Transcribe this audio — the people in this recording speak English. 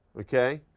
okay?